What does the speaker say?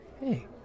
Hey